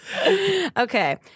Okay